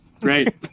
great